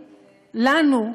לנו,